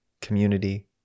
community